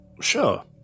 Sure